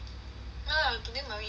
nah today mummy eat so much